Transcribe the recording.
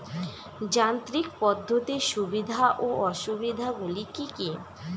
যান্ত্রিক পদ্ধতির সুবিধা ও অসুবিধা গুলি কি কি?